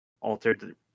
altered